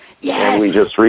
Yes